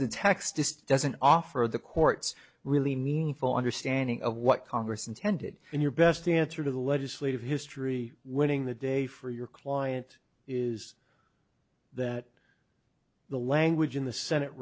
text doesn't offer the court's really meaningful understanding of what congress intended and your best answer to the legislative history winning the day for your client is that the language in the senate